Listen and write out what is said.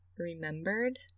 remembered